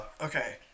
okay